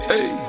Hey